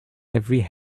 every